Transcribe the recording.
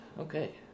okay